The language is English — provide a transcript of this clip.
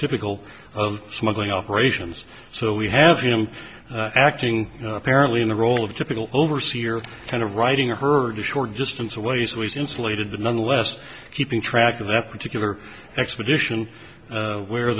typical of smuggling operations so we have him acting apparently in the role of typical overseer kind of writing i heard a short distance away so he's insulated but nonetheless keeping track of that particular expedition where